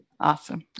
awesome